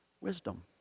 Wisdom